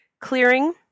clearing